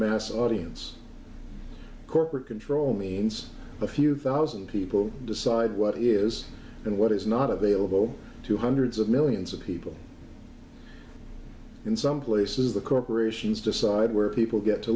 mass audience corporate control means a few thousand people decide what is and what is not available to hundreds of millions of people in some places the corporations decide where people get to